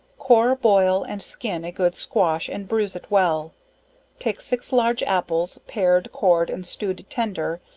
core, boil and skin a good squash, and bruize it well take six large apples, pared, cored, and stewed tender,